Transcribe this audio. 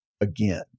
again